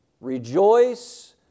Rejoice